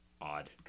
odd